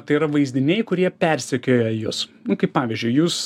tai yra vaizdiniai kurie persekioja jus kaip pavyzdžiu jūs